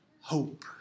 hope